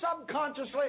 subconsciously